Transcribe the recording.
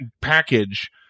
package